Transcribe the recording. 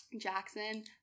Jackson